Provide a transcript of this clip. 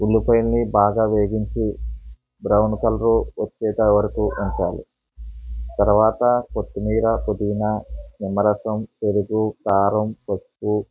ఉల్లిపాయల్ని బాగా వేగించి బ్రౌన్ కలరు వచ్చేంత వరకూ ఉంచాలి తరువాత కొత్తిమీర పుదీనా నిమ్మరసం పెరుగు కారం పప్పు